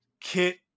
kit